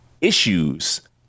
issues